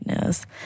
knows